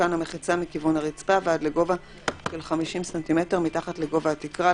תותקן המחיצה מכיוון הרצפה ועד לגובה של 50 ס"מ מתחת לגובה התקרה,